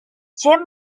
jim